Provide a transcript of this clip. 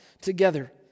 together